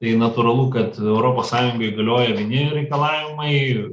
tai natūralu kad europos sąjungai galioja vieni reikalavimai